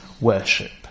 Worship